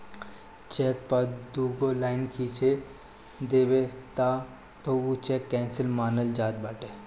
check पअ दुगो line खिंच देबअ तअ उ चेक केंसल मानल जात बाटे